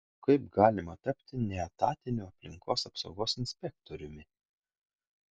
kaip galima tapti neetatiniu aplinkos apsaugos inspektoriumi